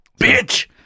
Bitch